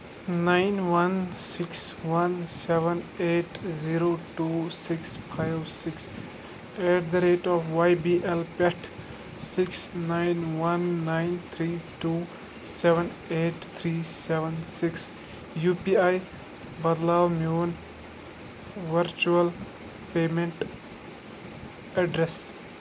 nine one six one seven eight zero two six five six eight the rate of Y B L پٮ۪ٹھٕ six nine one nine three two seven eight three seven six U P I بدلاو میون virtual payment address